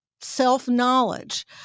self-knowledge